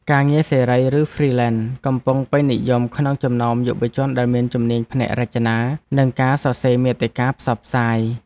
ការងារសេរី ឬហ្វ្រីឡែនកំពុងពេញនិយមក្នុងចំណោមយុវជនដែលមានជំនាញផ្នែករចនា និងការសរសេរមាតិកាផ្សព្វផ្សាយ។